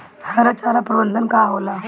हरा चारा प्रबंधन का होला?